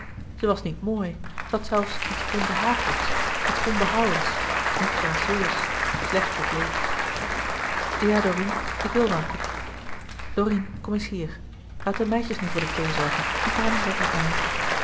zij was niet mooi zij had zelfs iets onbehagelijks iets onbehouwens niet gracieus slecht gekleed ja dorine ik wil wel een kopje dorine kom eens hier laat de meisjes nu voor de thee zorgen en praat eens wat met mij